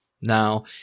Now